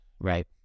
right